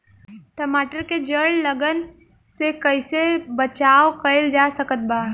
टमाटर के जड़ गलन से कैसे बचाव कइल जा सकत बा?